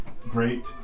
great